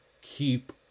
keep